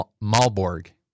Malborg